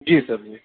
جی sir جی